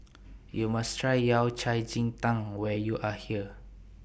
YOU must Try Yao Cai Ji Tang when YOU Are here